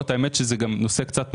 האמת שזה גם נושא קצת מורכב.